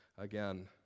again